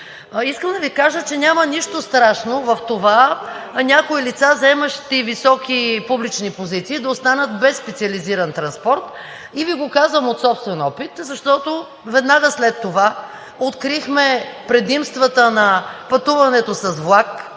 Искам да Ви кажа, че няма нищо страшно в това, някои лица, заемащи високи публични позиции, да останат без специализиран транспорт и Ви го казвам от собствен опит, защото веднага след това открихме предимствата на пътуването с влак,